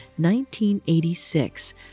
1986